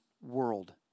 world